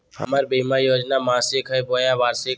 हमर बीमा योजना मासिक हई बोया वार्षिक?